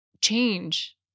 change